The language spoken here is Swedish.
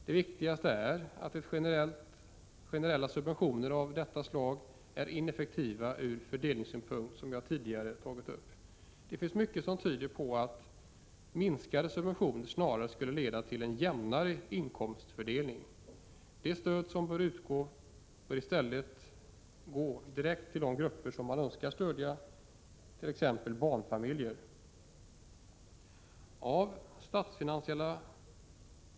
Det viktigaste är att generella subventioner av detta slag är ineffektiva ur fördelningssynpunkt, vilket jag tidigare tog upp. Det finns mycket som tyder på att minskade subventioner snarast skulle leda till jämnare inkomstfördelning. Det stöd som bör utgå bör i stället gå direkt till de grupper man önskar stödja, t.ex. barnfamiljer.